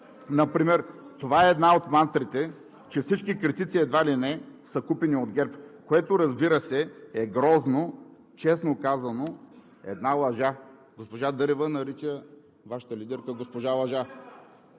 например, това е една от мантрите, че всички критици едва ли не са купени от ГЕРБ, което, разбира се, е грозно, честно казано, една лъжа.“ Госпожа Дърева нарича Вашата лидерка госпожа Лъжа.